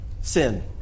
sin